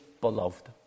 beloved